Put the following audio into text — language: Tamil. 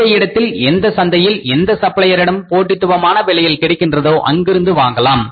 எந்த இடத்தில் எந்த சந்தையில் எந்த சப்ளையரிடம் போட்டித்துவமான விலையில் கிடைக்கின்றதோ அங்கிருந்து வாங்கலாம்